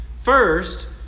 First